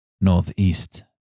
northeast